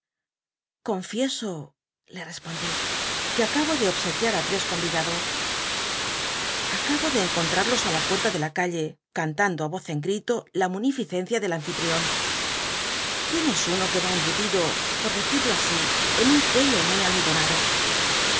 confieso le respondí que acabo de obsequiar á tres comidados acabo de encontrarlos í la puctta de la calle cantando i voz en gtito la nunificencia del anl lt'íon q uién es tlllo que d cmbulido pot dcdl'io así en un cuello muy almidonado